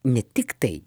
ne tiktai